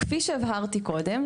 כפי שהבהרתי קודם,